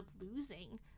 losing